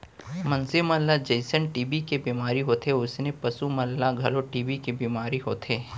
मनसे मन ल जइसन टी.बी के बेमारी होथे वोइसने पसु मन ल घलौ टी.बी के बेमारी होथे